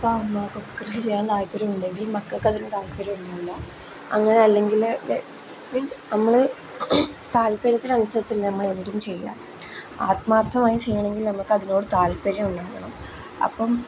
അപ്പം അമ്മക്ക് കൃഷി ചെയ്യാൻ താല്പര്യം ഉണ്ടെങ്കിൽ മക്കൾക്ക് അതിന് താല്പര്യം ഉണ്ടാവില്ല അങ്ങനെ അല്ലെങ്കിൽ മീൻസ് നമ്മൾ താല്പര്യത്തിനനുസരിച്ചല്ലേ നമ്മളെന്തും ചെയ്യുക ആത്മാർത്ഥമായി ചെയ്യണമെങ്കിൽ നമുക്കതിനോട് താല്പര്യം ഉണ്ടാകണം അപ്പം